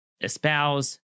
espouse